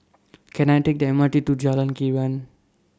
Can I Take The M R T to Jalan Krian